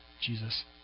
Jesus